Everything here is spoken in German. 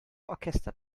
orchester